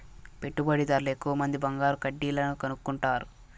పెట్టుబడిదార్లు ఎక్కువమంది బంగారు కడ్డీలను కొనుక్కుంటారు